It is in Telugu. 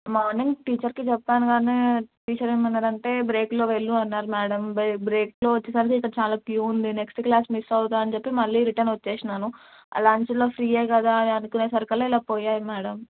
మార్నింగ్ టీచర్కి చెప్పాను కానీ టీచర్ ఏమన్నదంటే బ్రేక్లో వెళ్ళు అన్నారు మ్యాడమ్ బ్రే బ్రేక్లో వచ్చేసరికి ఇక్కడ చాలా క్యూ ఉంది నెక్స్ట్ క్లాస్ మిస్ అవుతా అని చెప్పి మళ్ళీ రిటర్న్ వచ్చేసినాను లంచ్లో ఫ్రీయే కదా అని అనుకునే సరికల్లా ఇలా పోయాయి మ్యాడమ్